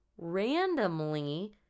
randomly